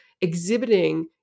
exhibiting